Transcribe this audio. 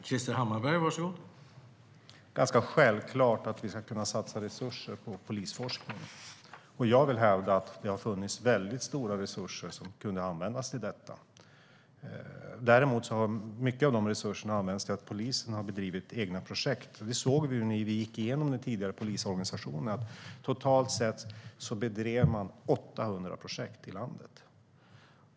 Herr talman! Det är ganska självklart att vi ska kunna satsa resurser på polisforskning. Jag vill hävda att det har funnits väldigt stora resurser som kunde ha använts till detta. Däremot har en stor del av resurserna använts till att polisen har drivit egna projekt. När vi gick igenom den tidigare polisorganisationen såg vi att totalt 800 projekt drevs i landet.